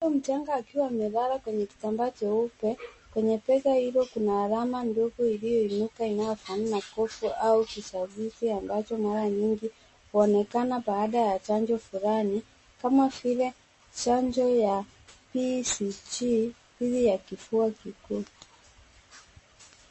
Mtoto mchanga akiwa amelala kwenye kitambaa cheupe, kwenye benga hilo kuna alama ndogo iliyo inuka inaofanana na kovu au kishaviti ambacho mara nyingi huonekana baada ya chanjo fulani, kama vile chanjo ya BCG ili ya kifua kikuu.